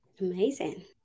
amazing